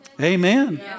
Amen